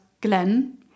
Glenn